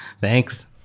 thanks